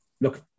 look